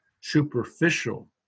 superficial